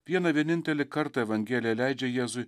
vieną vienintelį kartą evangelija leidžia jėzui